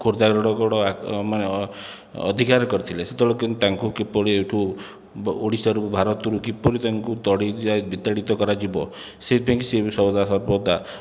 Khordha road ଗଡ଼ ମାନେ ଅଧିକାର କରିଥିଲେ ସେତେବେଳେ କିନ୍ତୁ ତାଙ୍କୁ କିପରି ଏଇଠୁ ଓଡ଼ିଶାରୁ ଭାରତରୁ କିପରି ତାଙ୍କୁ ତଡ଼ି ଯାଇ ବିତାଡ଼ିତ କରାଯିବ ସେଇଥିପାଇଁକି ସେ ସଦାସର୍ବଦା